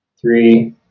three